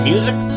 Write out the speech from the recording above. Music